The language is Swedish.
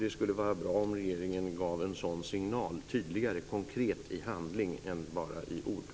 Det skulle vara bra om regeringen gav en konkret signal i handling, inte bara i ord.